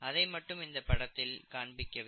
அதை மட்டும் இந்த படத்தில் காண்பிக்கவில்லை